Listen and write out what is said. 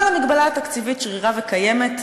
אבל המגבלה התקציבית שרירה וקיימת,